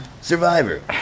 Survivor